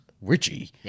Richie